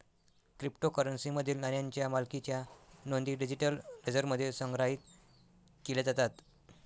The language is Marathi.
क्रिप्टोकरन्सीमधील नाण्यांच्या मालकीच्या नोंदी डिजिटल लेजरमध्ये संग्रहित केल्या जातात